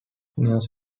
news